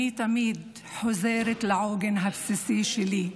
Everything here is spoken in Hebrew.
אני תמיד חוזרת לעוגן הבסיסי שלי: